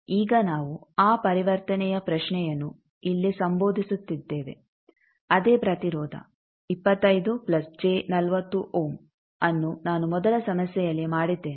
ಈಗ ನಾವು ಆ ಪರಿವರ್ತನೆಯ ಪ್ರಶ್ನೆಯನ್ನು ಇಲ್ಲಿ ಸಂಬೋಧಿಸುತ್ತಿದ್ದೇವೆ ಅದೇ ಪ್ರತಿರೋಧ ಅನ್ನು ನಾನು ಮೊದಲ ಸಮಸ್ಯೆಯಲ್ಲಿ ಮಾಡಿದ್ದೇನೆ